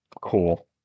Cool